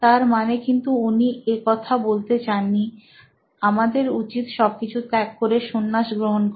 তার মানে কিন্তু উনি একথা বলতে চাননি যে আমাদের উচিত সবকিছু ত্যাগ করে সন্ন্যাস গ্রহণ করা